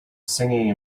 singing